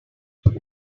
want